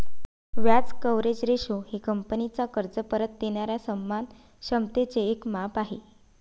व्याज coverage ratio हे कंपनीचा कर्ज परत देणाऱ्या सन्मान क्षमतेचे एक माप आहे